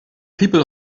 people